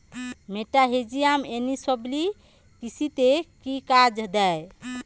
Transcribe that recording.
মেটাহিজিয়াম এনিসোপ্লি কৃষিতে কি কাজে দেয়?